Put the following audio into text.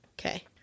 Okay